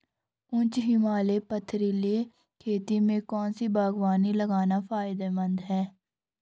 उच्च हिमालयी पथरीली खेती में कौन सी बागवानी लगाना फायदेमंद है?